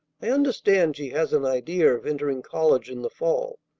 i understand she has an idea of entering college in the fall.